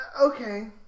Okay